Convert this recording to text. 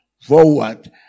forward